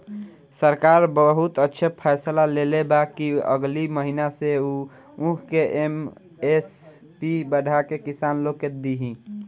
सरकार बहुते अच्छा फैसला लेले बा कि अगिला महीना से उ ऊख के एम.एस.पी बढ़ा के किसान लोग के दिही